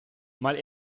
mal